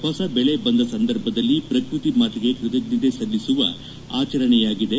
ಹೊಸ ಬೆಳೆ ಬಂದ ಸಂದರ್ಭದಲ್ಲಿ ಪ್ರಕೃತಿ ಮಾತೆಗೆ ಕೃತಜ್ಞತೆ ಸಲ್ಲಿಸುವ ಆಚರಣೆಯಾಗಿದೆ